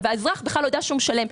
והאזרח בכלל לא יידע שהוא משלם.